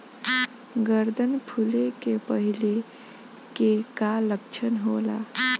गर्दन फुले के पहिले के का लक्षण होला?